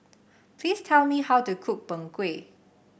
please tell me how to cook Png Kueh